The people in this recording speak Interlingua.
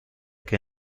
que